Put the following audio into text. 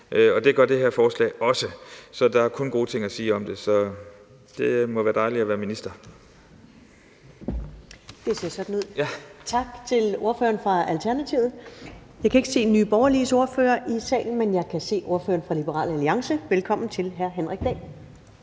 og det gør det her forslag også. Der er kun gode ting at sige om det, så det må være dejligt at være minister. Kl. 14:31 Første næstformand (Karen Ellemann): Det ser sådan ud. Tak til ordføreren for Alternativet. Jeg kan ikke se Nye Borgerliges ordfører i salen, men jeg kan se ordføreren for Liberal Alliance. Velkommen til hr. Henrik Dahl.